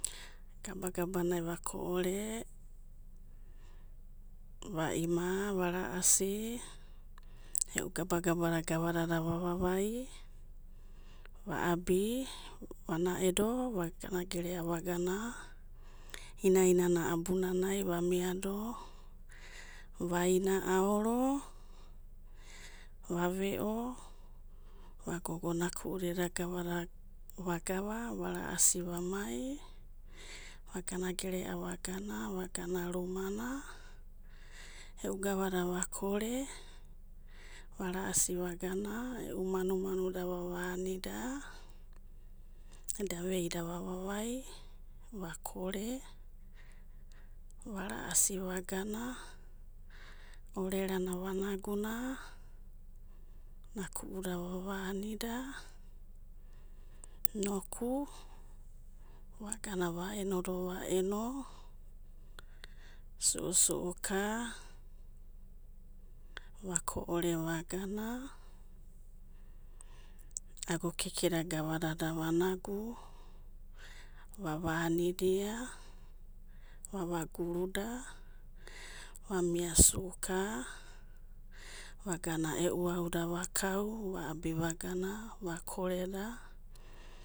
Gaba'gabanai va'ko'are vaima vara'asi, e'u gabagabada gavadada vavavai, va'abio va'naedo, va'gana gero vagana, ina'inana bunana va'miado, va'ina aoro, va've o, va'gogo naku'uda eda gavada vagana va'ra'asi va'mai, va'gana gerea va'gana, va'gana rumana, e'u gavada vakore, vara'asi vagana, e'u manu'manuda vavanida, eda vei'da vava'vai, vakore. Vara'asi va'gana, orerana vanaguna, naku'uda va'vanida, inoku, va'gana va'enodo va'eno su'usu'uka vako'ore, vagana ago'kekeda gavadada va'nagu va'vanidia, vavaguruda, vamia su'uka, vagana e'u auda vakau, abida vagana vakoreda.